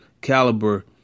caliber